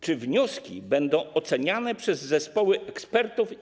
Czy wnioski będą oceniane przez zespoły ekspertów?